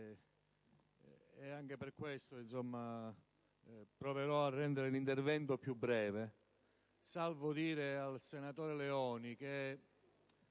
e anche per questo proverò a rendere l'intervento più breve, salvo dire al senatore Leoni che